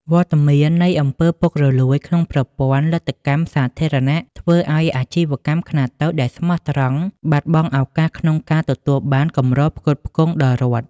វត្តមាននៃ អំពើពុករលួយ ក្នុងប្រព័ន្ធលទ្ធកម្មសាធារណៈ ធ្វើឱ្យអាជីវកម្មខ្នាតតូចដែលស្មោះត្រង់ បាត់បង់ឱកាសក្នុងការទទួលបានគម្រផ្គត់ផ្គង់ដល់រដ្ឋ។